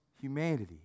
humanity